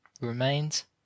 remains